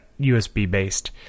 USB-based